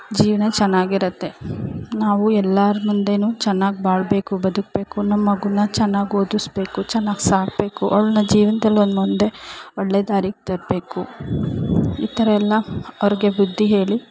ಜೀವನ ಚೆನ್ನಾಗಿರುತ್ತೆ ನಾವು ಎಲ್ಲರ ಮುಂದೇಯು ಚೆನ್ನಾಗಿ ಬಾಳಬೇಕು ಬದುಕಬೇಕು ನಮ್ಮ ಮಗುನ ಚೆನ್ನಾಗಿ ಓದಿಸ್ಬೇಕು ಚೆನ್ನಾಗಿ ಸಾಕಬೇಕು ಅವ್ಳನ್ನ ಜೀವನ್ದಲ್ಲೊಂದು ಮುಂದೆ ಒಳ್ಳೆಯ ದಾರಿಗೆ ತರಬೇಕು ಈ ಥರ ಎಲ್ಲ ಅವ್ರಿಗೆ ಬುದ್ದಿ ಹೇಳಿ